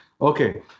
Okay